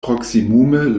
proksimume